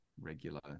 regular